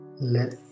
let